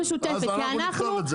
ואז הם יכולים לחפור ולעשות?